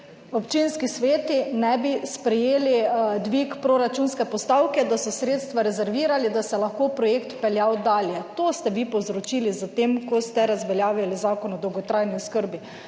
občinski sveti ne bi sprejeli dvig proračunske postavke, da so sredstva rezervirali, da se lahko projekt peljal dalje. To ste vi povzročili s tem, ko ste razveljavili Zakon o dolgotrajni oskrbi.